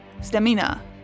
Stamina